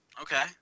Okay